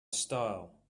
style